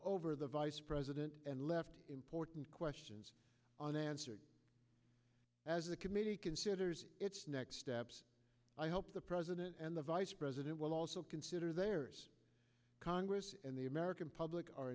over the vice president and left important questions unanswered as the committee considers its next steps i hope the president and the vice president will also consider their congress and the american public are